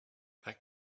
that